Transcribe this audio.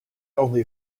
only